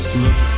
look